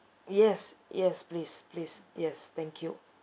yes yes please please yes thank you